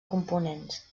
components